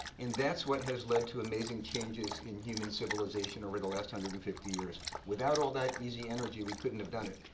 and that's what has led to amazing changes in human civilization over the last one hundred and fifty years. without all that easy energy, we couldn't have done it.